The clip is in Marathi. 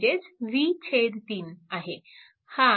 म्हणजेच v3 आहे